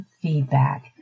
feedback